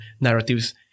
narratives